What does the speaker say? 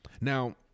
now